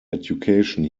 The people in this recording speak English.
education